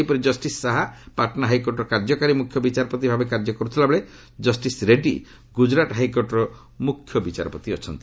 ସେହିପରି ଜଷ୍ଟିସ୍ ଶାହା ପାଟନା ହାଇକୋର୍ଟର କାର୍ଯ୍ୟକାରୀ ମୁଖ୍ୟ ବିଚାରପତି ଭାବେ କାର୍ଯ୍ୟ କରୁଥିବାବେଳେ କଷ୍ଟିସ୍ ରେଡ୍ଡୀ ଗୁଜରାଟ ହାଇକୋର୍ଟର ମୁଖ୍ୟ ବିଚାରପତି ଅଛନ୍ତି